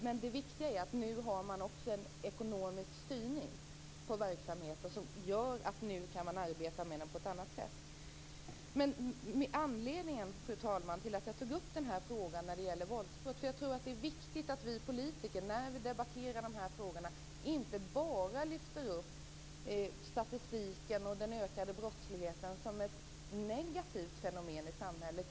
Men det viktiga är att man nu har en ekonomisk styrning av verksamheten som gör att man kan arbeta på ett annat sätt. Fru talman! Jag tog upp frågan om våldsbrott. Jag tror att det är viktigt att vi politiker när vi debatterar dessa frågor inte bara lyfter upp statistiken och den ökade brottsligheten som ett negativt fenomen i samhället.